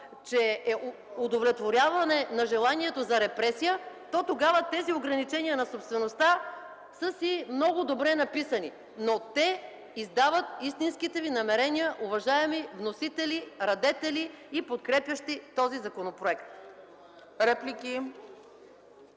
че е удовлетворяване на желанието за репресия, то тогава тези ограничения на собствеността са си много добре написани, но те издават истинските Ви намерения, уважаеми вносители, радетели и подкрепящи този законопроект.